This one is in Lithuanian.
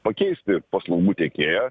pakeisti paslaugų tiekėją